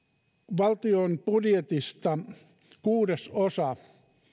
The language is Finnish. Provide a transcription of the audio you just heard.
valtion budjetista kuudesosa